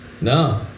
No